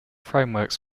frameworks